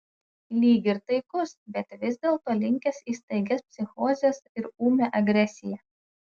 lyg ir taikus bet vis dėlto linkęs į staigias psichozes ir ūmią agresiją